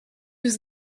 was